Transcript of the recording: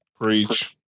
Preach